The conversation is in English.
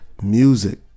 music